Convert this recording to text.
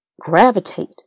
gravitate